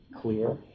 clear